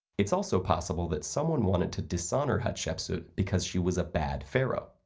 it's also possible that someone wanted to dishonor hatshepsut because she was a bad pharaoh.